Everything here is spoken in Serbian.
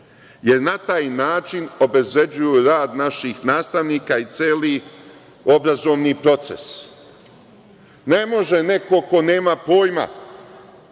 Jer, na taj način obezvređuju rad naših nastavnika i celi obrazovni proces. Ne može neko ko nema pojma,